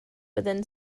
within